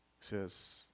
says